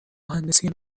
مهندسی